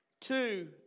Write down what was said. Two